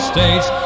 States